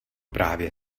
právě